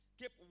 keep